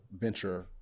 venture